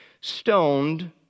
stoned